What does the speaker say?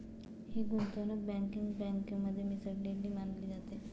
ही गुंतवणूक बँकिंग बँकेमध्ये मिसळलेली मानली जाते